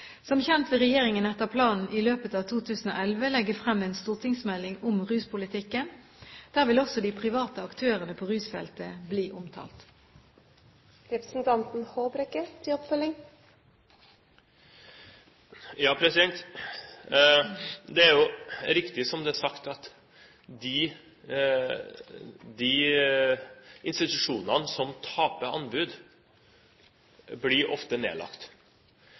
Som kjent vil regjeringen etter planen i løpet av 2011 legge frem en stortingsmelding om ruspolitikken. Der vil også de private aktørene på rusfeltet bli omtalt. Det er jo riktig som det er sagt, at de institusjonene som taper anbud, ofte blir nedlagt.